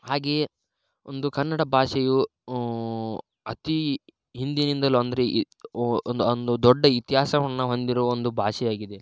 ಹಾಗೆಯೇ ಒಂದು ಕನ್ನಡ ಭಾಷೆಯು ಅತಿ ಹಿಂದಿನಿಂದಲು ಅಂದರೆ ಈ ಓ ಒಂದು ಒಂದು ದೊಡ್ಡ ಇತಿಹಾಸವನ್ನು ಹೊಂದಿರುವ ಒಂದು ಭಾಷೆಯಾಗಿದೆ